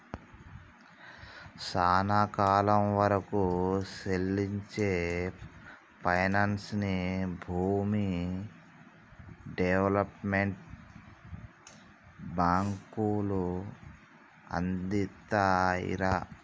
సానా కాలం వరకూ సెల్లించే పైనాన్సుని భూమి డెవలప్మెంట్ బాంకులు అందిత్తాయిరా